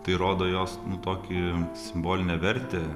tai rodo jos nu tokį simbolinę vertę